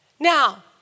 Now